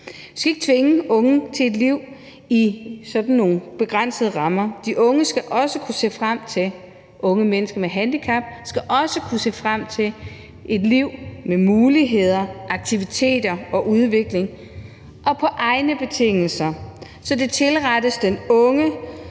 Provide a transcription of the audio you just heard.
Vi skal ikke tvinge unge til et liv i sådan nogle begrænsede rammer. De unge, altså unge mennesker med handicap, skal også kunne se frem til et liv med muligheder, aktiviteter og udvikling og på egne betingelser, så det tilrettes den unge